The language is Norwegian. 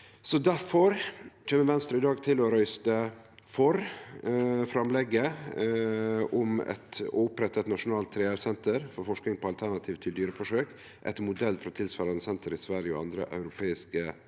Difor kjem Venstre i dag til å røyste for framlegget om å opprette eit nasjonalt 3R-senter for forsking på alternativ til dyreforsøk etter modell frå tilsvarande senter i Sverige og andre europeiske land.